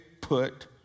put